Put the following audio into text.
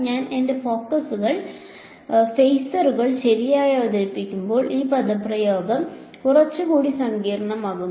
ഞാൻ എന്റെ ഫേസറുകൾ phasor0 ശരിയായി അവതരിപ്പിക്കുമ്പോൾ ഈ പദപ്രയോഗം കുറച്ചുകൂടി സങ്കീർണ്ണമാകുന്നു